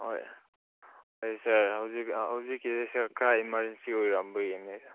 ꯍꯣꯏ ꯑꯩꯁꯦ ꯍꯧꯖꯤꯛ ꯍꯧꯖꯤꯛꯀꯤꯗꯤ ꯁꯥꯔ ꯈꯔ ꯏꯃꯥꯔꯖꯦꯟꯁꯤ ꯑꯣꯏꯔꯝꯕꯒꯤꯅꯦ ꯁꯥꯔ